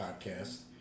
podcast